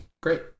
great